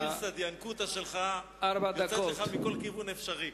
הגרסא דינקותא שלך יוצאת לך מכל כיוון אפשרי.